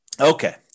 Okay